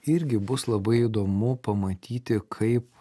irgi bus labai įdomu pamatyti kaip